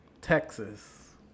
Texas